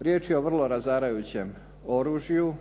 Riječ je o vrlo razarajućem oružju.